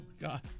God